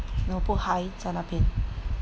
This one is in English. no put high 在那边